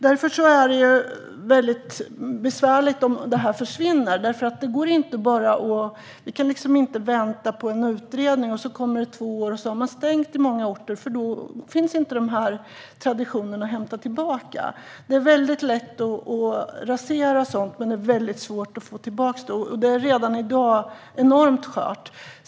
Det vore besvärligt om detta försvinner. Om vi väntar på en utredning i två år har man hunnit stänga ned på många orter, och då kan vi inte få tillbaka dessa traditioner. Det är lätt att rasera sådant här men svårt att få det tillbaka. Det är redan i dag skört.